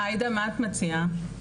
עאידה, מה את מציעה?